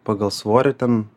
pagal svorį ten